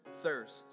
thirst